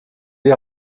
des